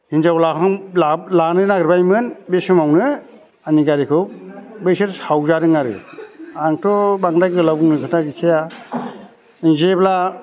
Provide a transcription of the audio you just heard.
हिनजाव लाहां लानो नागेरबायमोन बे समावनो आंनि गारिखौ बैसोर सावजादों आरो आंथ' बांद्राय गोलाव बुंनो खोथा गैखाया जेब्ला